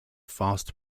fast